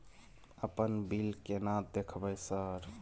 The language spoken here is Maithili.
अपन बिल केना देखबय सर?